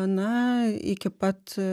na iki pat